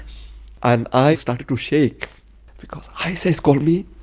and i started to shake because isis called me.